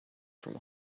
from